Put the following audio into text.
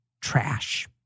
trash